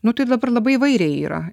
nu tai dabar labai įvairiai yra